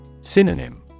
Synonym